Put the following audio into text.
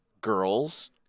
girls